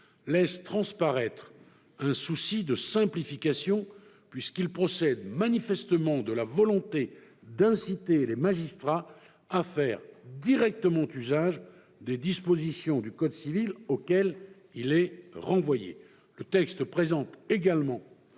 laisse transparaître un souci de simplification puisqu'il procède manifestement de la volonté d'inciter les magistrats à faire directement usage des dispositions du code civil, auquel il est renvoyé.